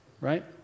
right